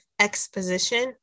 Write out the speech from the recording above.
exposition